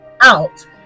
out